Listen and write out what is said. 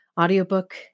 audiobook